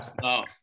no